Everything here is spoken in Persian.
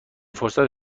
فرصت